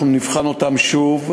אבל אנחנו נבחן אותם שוב,